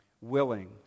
willing